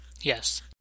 Yes